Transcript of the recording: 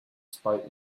spite